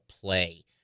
play